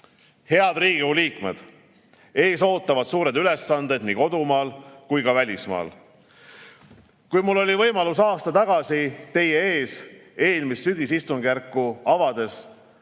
Riigikogu liikmed! Ees ootavad suured ülesanded nii kodumaal kui ka välismaal. Kui mul oli võimalus aasta tagasi teie ees eelmist sügisistungjärku avada,